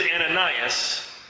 Ananias